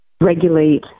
regulate